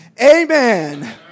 amen